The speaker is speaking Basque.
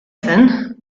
zen